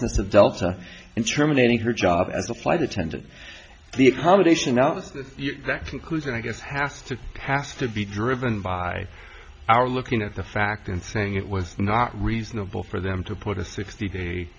lawlessness of delta and terminating her job as a flight attendant the accommodation out of that conclusion i guess have to have to be driven by our looking at the fact and saying it was not reasonable for them to put a sixty day